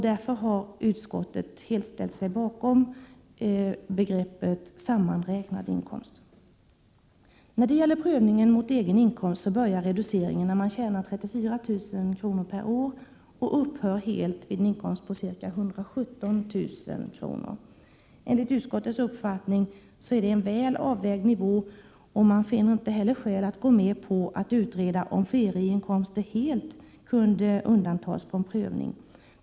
Därför har utskottet helt ställt sig bakom begreppet sammanräknad inkomst. Då det gäller prövningen mot egen inkomst börjar reduceringen när man tjänar 34 000 kr. per år och upphör helt vid en inkomst på 117 000 kr. Enligt utskottets uppfattning är det en väl avvägd nivå, och utskottet finner inte heller skäl att gå med på att utreda om ferieinkomster helt kunde undantas från prövning.